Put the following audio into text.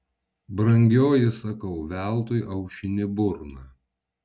brangioji sakau veltui aušini burną